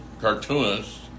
cartoonist